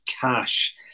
cash